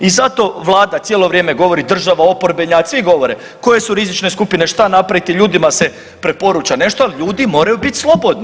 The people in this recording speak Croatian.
I zato vlada cijelo vrijeme govori, država, oporbenjaci, svi govore koje su rizične skupine šta napraviti, ljudima se preporuča nešto ali ljudi moraju biti slobodni.